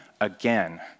again